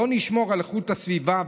בואו נשמור על איכות הסביבה,